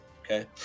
okay